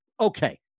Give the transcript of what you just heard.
Okay